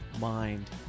mind